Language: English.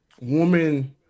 woman